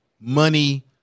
money